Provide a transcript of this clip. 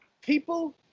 People